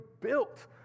built